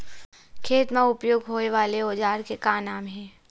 खेत मा उपयोग होए वाले औजार के का नाम हे?